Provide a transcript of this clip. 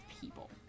people